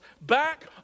back